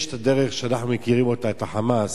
יש הדרך שאנחנו מכירים אותה, של ה"חמאס",